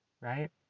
Right